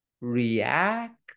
react